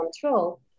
control